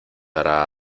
hará